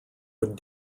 would